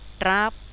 trap